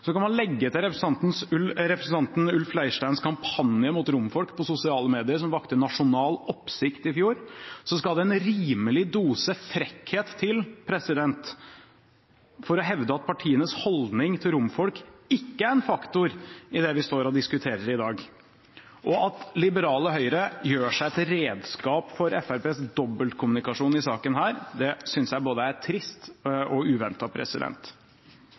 Så kan man legge til representanten Ulf Leirsteins kampanje mot romfolk på sosiale medier, som vakte nasjonal oppsikt i fjor, og da skal det en rimelig dose frekkhet til for å hevde at partienes holdning til romfolk ikke er en faktor i det vi står og diskuterer i dag. At liberale Høyre gjør seg til redskap for Fremskrittspartiets dobbeltkommunikasjon i denne saken, synes jeg er både trist og